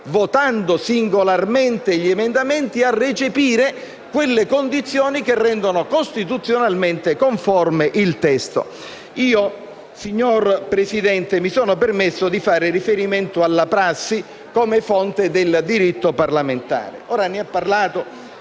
votando singolarmente gli emendamenti, a recepire quelle condizioni che rendono costituzionalmente conforme il testo. Signor Presidente, io mi sono permesso di fare riferimento alla prassi come fonte del diritto parlamentare. Ne ha parlato